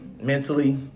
mentally